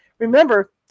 Remember